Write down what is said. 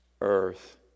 earth